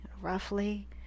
roughly